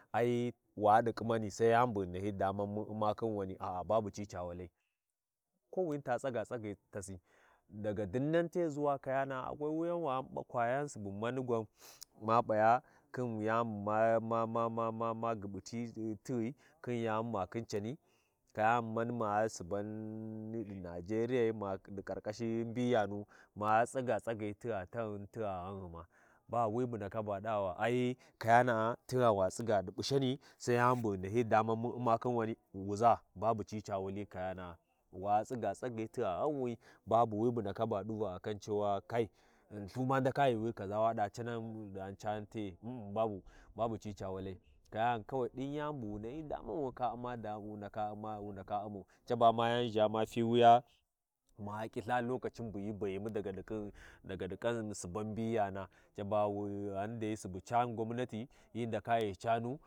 Ai wa ɗi kimani sai yani bu ghi nahyin daman mun U’mma khin wani, babuci ca walai, kowini ta tsiga tsagyi tasi, daga dinnan te, ʒuwa kapanda akwai wuyawani ɓakwayan subu manigwan ma P’Aya, khin wayani bu ma–ma-ma-ma guɓuti tighim thin yani buma khin cani, kayana ma Suban niɗi nigeriyai ma ɗi ƙarƙashi mbiyanu, ma tsiga tsagyi ti gha ti gha ghanghima bawi bu ndaka ga ɗaba kayana tun gha wa tsiga ɗi P’usini, sai yani bu ghi nahyi daman mun Umma khin wani, wuʒaa babu ci ca wali kayana’a, wa tsiga tagyi ti gha ghanwi, babu wi bu naka ga ɗuba akan cewa kai, Lthu, ma ndaka yuuwi kaʒa waɗa cinan ɗghan cani te’e um-um babu ɓabuci ca walai, kayani kawai ɗin yani buwu nahyi daman wu ndaka Umma wu ndaka wu ndaka Umma, caba yanʒha ma fiwuya ma ƙiltha lokacin bu hyi bayimu daga ƙin daga ƙan suban mbiyana, caba ghi ghandai subu cani gwaunati, hyi ndaka ghi canu.